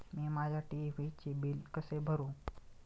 मी माझ्या टी.व्ही चे बिल कसे भरू?